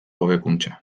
hobekuntza